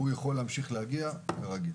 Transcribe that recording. יוכל להמשיך להגיע כרגיל.